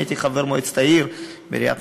אני הייתי חבר מועצת העיר נתניה,